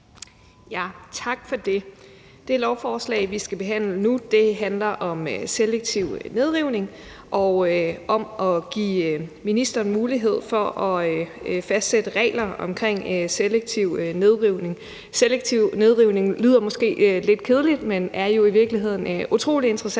(S): Tak for det. Det lovforslag, vi skal behandle nu, handler om selektiv nedrivning og om at give ministeren mulighed for at fastsætte regler om selektiv nedrivning. Selektiv nedrivning lyder måske lidt kedeligt, men det er jo i virkeligheden utrolig interessant,